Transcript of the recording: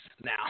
now